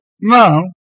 Now